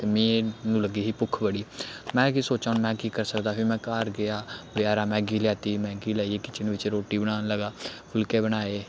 ते में लग्गी ही भुक्ख बड़ी में केह् सोचा दा हा में केह् करी सकदा फिर में घर गेआ बजारा मैगी लैती मैगी लाइयै किचन बिच्च रुट्टी बनान लगा फुल्के बनाए